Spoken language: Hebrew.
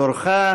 תורך,